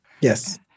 Yes